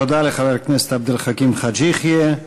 תודה לחבר הכנסת עבד אל חכים חאג' יחיא.